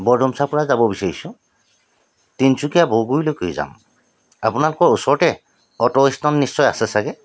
বৰডুমচাৰপৰা যাব বিচাৰিছোঁ তিনচুকীয়া বৰগুৰিলৈকে যাম আপোনালোকৰ ওচৰতে অ'টস্থান নিশ্চয় আছে চাগৈ